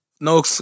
No